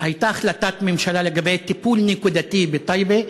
הייתה החלטת ממשלה לגבי טיפול נקודתי בטייבה.